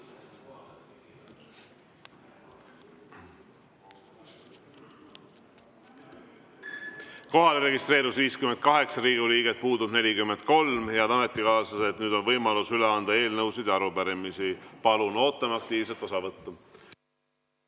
Kohalolijaks registreerus 58 Riigikogu liiget, puudub 43.Head ametikaaslased, nüüd on võimalus üle anda eelnõusid ja arupärimisi. Palun! Ootame aktiivset osavõttu.